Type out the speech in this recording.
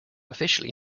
officially